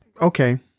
Okay